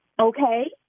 Okay